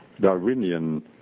Darwinian